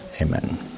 amen